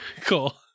Cool